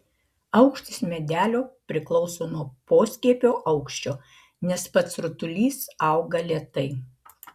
aukštis medelio priklauso nuo poskiepio aukščio nes pats rutulys auga lėtai